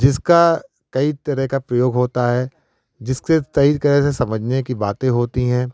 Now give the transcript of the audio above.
जिसका कई तरह का प्रयोग होता है जिसके कई तरह से समझने की बातें होती हैं